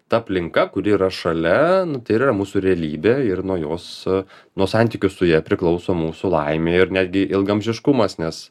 ta aplinka kuri yra šalia nu tai ir yra mūsų realybė ir nuo jos nuo santykių su ja priklauso mūsų laimė ir netgi ilgaamžiškumas nes